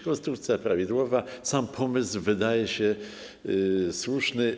Konstrukcja prawidłowa, sam pomysł wydaje się słuszny.